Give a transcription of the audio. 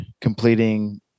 completing